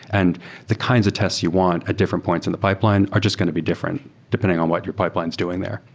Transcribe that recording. and the kinds of tests you want at different points in the pipeline are just going to be different depending on what your pipeline is doing there.